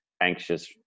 anxious